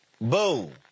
Boom